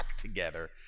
together